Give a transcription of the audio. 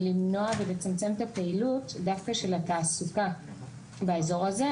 למנוע ולצמצם את הפעילות דווקא של התעסוקה באיזור הזה.